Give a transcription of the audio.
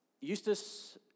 Eustace